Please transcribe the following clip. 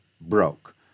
broke